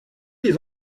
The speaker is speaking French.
les